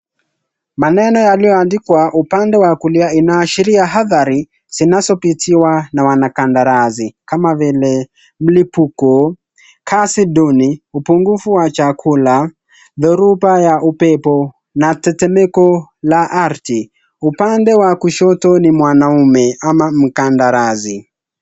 Maneno yalio andikwa upande wa kulia inaashiria hadhari zinazo pitiwa na wanakandarasi, kama vile mlipuko, kazi duni, upunguvu wa chakula, thoruba ya upepo na mtetemeko la ardhi. upande wa kushoto ni mwanaume ama mkandarasi.